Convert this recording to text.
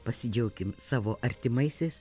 pasidžiaukim savo artimaisiais